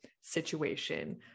situation